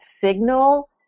signal